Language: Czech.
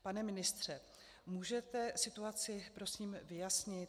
Pane ministře, můžete situaci prosím vyjasnit?